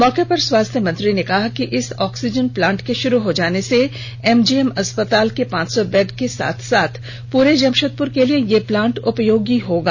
मौके पर स्वास्थ्य मंत्री ने कहा कि इस ऑक्सीजन प्लांट के शुरू हो जाने से एमजीएम अस्पताल के पांच सौ बेड के साथ साथ पूरे जमशेदपुर के लिए यह प्लांट उपयोगी होगा